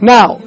Now